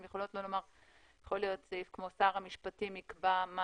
יכול להיות סעיף כמו שר המשפטים יקבע מה